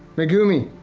megumi!